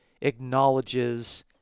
acknowledges